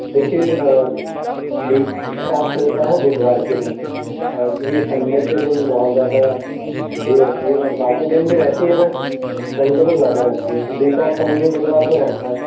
देखिए week off रहता है बुधवार के दिन क्योंकि संडे के दिन बहुत ज़्यादा भीड़ होती है और बाक़ी दिन भी रहती है बट संडे को जज़्यादा रहती है तो बीक ऑफ ओनली बुधवार को रहता है